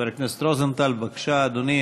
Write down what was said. חבר הכנסת רוזנטל, בבקשה, אדוני.